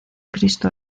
cristo